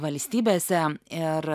valstybėse ir